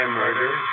murder